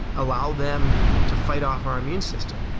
allow them to fight off our immune system,